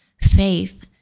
Faith